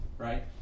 right